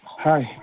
Hi